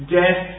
death